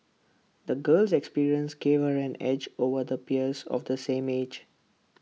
the girl's experiences gave her an edge over the peers of the same age